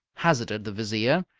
hazarded the vizier,